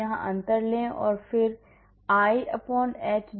यहां अंतर लें और फिर I h जो 001 है